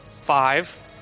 Five